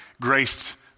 graced